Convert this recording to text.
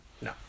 No